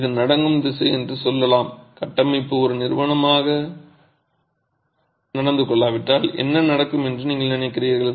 இது நடுங்கும் திசை என்று சொல்லலாம் கட்டமைப்பு ஒரு நிறுவனமாக நடந்து கொள்ளாவிட்டால் என்ன நடக்கும் என்று நீங்கள் நினைக்கிறீர்கள்